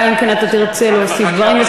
אלא אם כן אתה תרצה להוסיף דברים,